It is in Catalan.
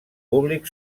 públic